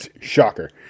shocker